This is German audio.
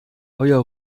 euer